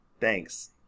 Thanks